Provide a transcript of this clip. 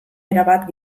erabat